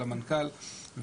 למנכ"ל,